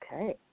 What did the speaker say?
Okay